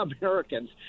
Americans